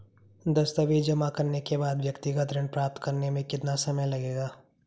दस्तावेज़ जमा करने के बाद व्यक्तिगत ऋण प्राप्त करने में कितना समय लगेगा?